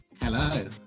Hello